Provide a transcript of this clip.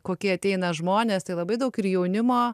kokie ateina žmonės tai labai daug ir jaunimo